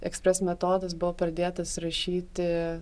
ekspres metodas buvo pradėtas rašyti